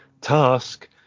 task